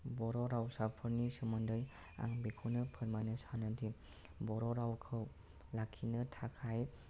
बर' राउसाफोरनि सोमोन्दै आं बेखौनो फोरमायनो सानो दि बर' रावखौ लाखिनो थाखाय